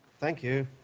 thank you.